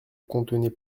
contenez